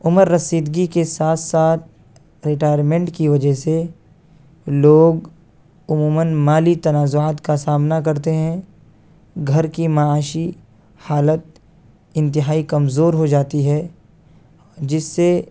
عمر رسیدگی کے ساتھ ساتھ ریٹائرمنٹ کی وجہ سے لوگ عموماً مالی تنازعات کا سامنا کرتے ہیں گھر کی معاشی حالت انتہائی کمزور ہو جاتی ہے جس سے